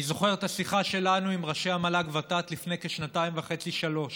אני זוכר את השיחה שלנו עם ראשי המל"ג והוות"ת לפני כשנתיים וחצי-שלוש,